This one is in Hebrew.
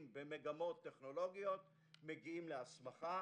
במגמות הטכנולוגיות מגיעים להסמכה.